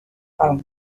fauna